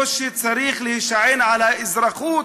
או שצריך להישען על האזרחות,